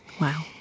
Wow